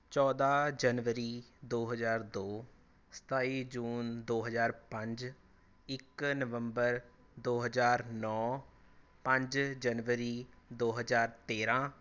ਚੌਦ੍ਹਾਂ ਜਨਵਰੀ ਦੋ ਹਜ਼ਾਰ ਦੋ ਸਤਾਈ ਜੂਨ ਦੋ ਹਜ਼ਾਰ ਪੰਜ ਇੱਕ ਨਵੰਬਰ ਦੋ ਹਜ਼ਾਰ ਨੌ ਪੰਜ ਜਨਵਰੀ ਦੋ ਹਜ਼ਾਰ ਤੇਰ੍ਹਾਂ